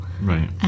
Right